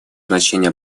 значение